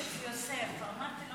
יאללה, בואו